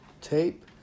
tape